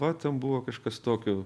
va ten buvo kažkas tokio